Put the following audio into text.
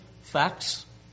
facts